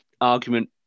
argument